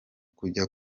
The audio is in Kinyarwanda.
kujya